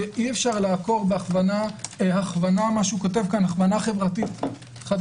אי אפשר לעקור את היסודות על ידי הכוונה חברתית חדשה,